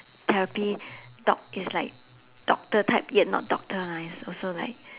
therapy doc~ it's like doctor type yet not doctor lah it's also like